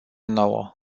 nouă